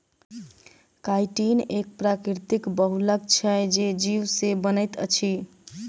chitin एक प्राकृतिक बहुलक छै जे जीव से बनैत अछि